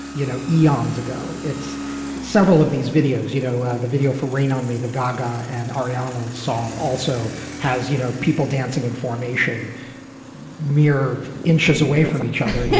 you know, eons ago. it's several of these videos. you know, the video for rain on me, the gaga and ariana song also has, you know, people dancing in formation mere inches away from each other. yeah